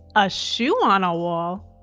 a shoe on a wall?